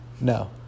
No